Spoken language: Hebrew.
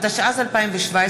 התשע"ז 2017,